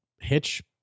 hitch